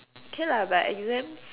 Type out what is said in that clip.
K lah but exams